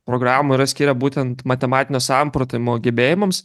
programoj yra skiria būtent matematinio samprotavimo gebėjimams